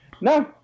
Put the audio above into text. No